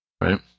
right